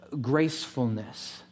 gracefulness